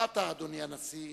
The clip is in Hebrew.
באת, אדוני הנשיא,